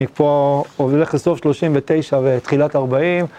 היא פה עוברת לסוף 39' ותחילת 40'.